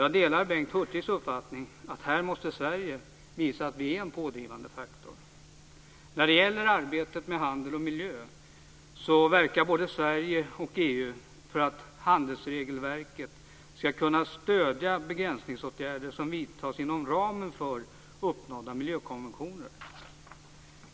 Jag delar Bengt Hurtigs uppfattning att här måste Sverige visa att vi är en pådrivande faktor. När det gäller arbetet med handel och miljö verkar både Sverige och EU för att handelsregelverket skall kunna stödja begränsningsåtgärder som vidtas inom ramen för uppnådda miljökonventioner.